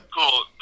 cool